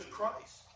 Christ